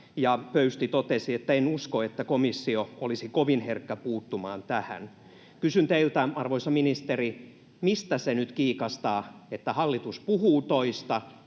ja Pöysti totesi: ”En usko, että komissio olisi kovin herkkä puuttumaan tähän.” Kysyn teiltä, arvoisa ministeri: mistä se nyt kiikastaa, että hallitus puhuu toista